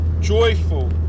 joyful